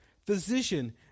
Physician